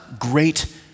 great